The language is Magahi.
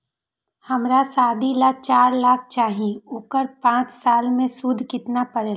हमरा शादी ला चार लाख चाहि उकर पाँच साल मे सूद कितना परेला?